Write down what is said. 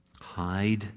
hide